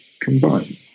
combine